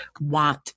want